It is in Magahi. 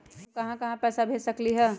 हम कहां कहां पैसा भेज सकली ह?